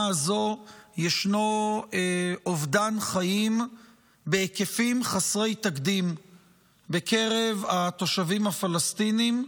הזו ישנו אובדן חיים בהיקפים חסרי תקדים בקרב התושבים הפלסטינים,